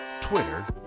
Twitter